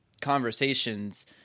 conversations